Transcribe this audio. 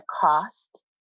cost